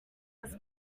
was